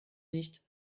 nicht